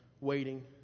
waiting